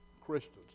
Christians